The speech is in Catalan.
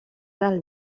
del